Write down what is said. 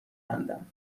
کندم